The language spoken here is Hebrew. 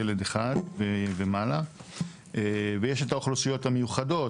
ילד אחד ומעלה ויש את האוכלוסיות המיוחדות,